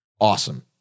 Awesome